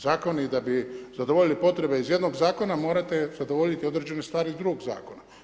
Zakoni da bi zadovoljili potrebe iz jednog zakona morate zadovoljiti određene stvari iz drugog zakona.